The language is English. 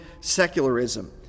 secularism